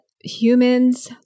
humans